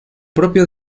propio